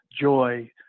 joy